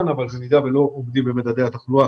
אבל הוא מתקיים במידה ועומדים בממדי התחלואה